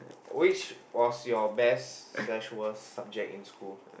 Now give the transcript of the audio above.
which was your best slash worst subject in school